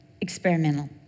experimental